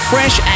Fresh